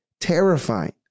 Terrifying